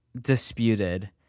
disputed